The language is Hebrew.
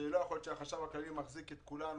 שלא יכול להיות שהחשב הכללי מחזיק את כולנו,